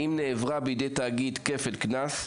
ואם נעברה בידי תאגיד כפל קנס.